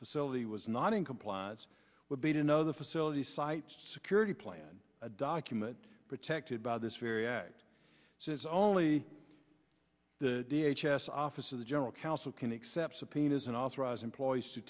facility was not in compliance would be to another facility site security plan a document protected by this very act says only the d h s s office of the general council can accept subpoenas and authorize employees to